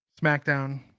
Smackdown